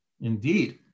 Indeed